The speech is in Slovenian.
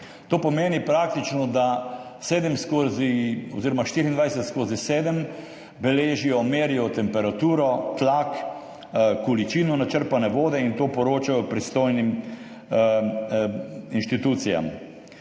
To praktično pomeni, da 24/7 beležijo, merijo temperaturo, tlak, količino načrpane vode in poročajo pristojnim inštitucijam.